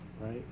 right